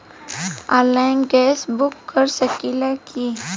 Online gas book कर सकिले की?